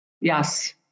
Yes